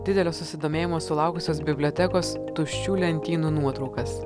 didelio susidomėjimo sulaukusios bibliotekos tuščių lentynų nuotraukas